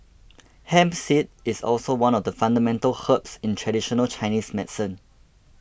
hemp seed is also one of the fundamental herbs in traditional Chinese medicine